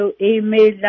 email